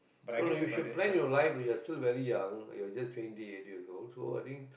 you should plan your life while your still very young your just twenty eight years old so I think